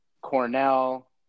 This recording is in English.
Cornell